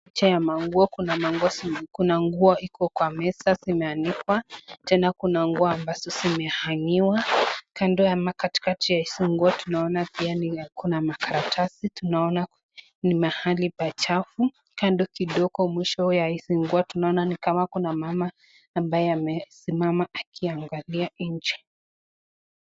Picha ya nguo kuna nguo iko kwa meza zimeanikwa. Tena kuna nguo ambazo zimehangiwa. Kando ya katikati ya hizo nguo tunaona pia kuna kuna makaratasi. Tunaona ni mahali pa chafu. Kando kidogo mwisho ya hizi nguo tunaona ni kama kuna mama ambaye amesimama akiangalia nje.